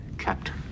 Captain